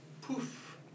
poof